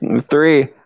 three